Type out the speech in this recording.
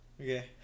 Okay